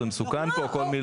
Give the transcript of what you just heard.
לא, זה מסוכן פה, כל מילה.